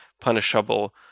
punishable